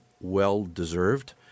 well-deserved